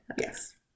Yes